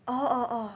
orh orh orh